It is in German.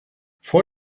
vor